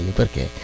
perché